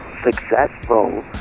successful